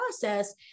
process